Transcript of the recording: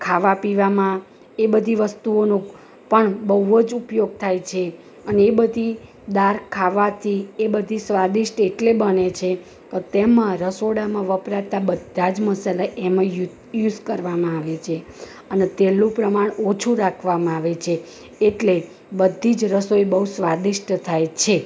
ખાવા પીવામાં એ બધી વસ્તુઓનું પણ બહું જ ઉપયોગ થાય છે અને એ બધી દાળ ખાવાંથી એ બધી સ્વાદિષ્ટ એટલે બને છે કે તેમાં રસોડામાં વપરાતા બધા જ મસાલા એમાં યુસ કરવામાં આવે છે અને તેલનું પ્રમાણ ઓછું રાખવામાં આવે છે એટલે બધી જ રસોઈ બહું સ્વાદિષ્ટ થાય છે